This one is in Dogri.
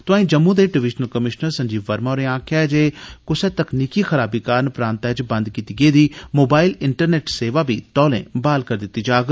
तोंआई जम्मू दे डिवीजनल कमीशनर संजीव वर्मा होरें आक्खेया ऐ जे क्सै तकनीकी खराबी कारण प्रांतै च बंद कीती गेदी मोबाइल इंटरनेट सेवा बी तौले ब्हाल करी दिती जाग